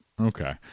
okay